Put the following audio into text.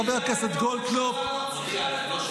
חבר הכנסת גולדקנופ --- שנדע איפה הממשלה לא צריכה לפרסם.